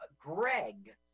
greg